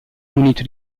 munito